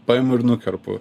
paimu ir nukerpu